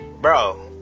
bro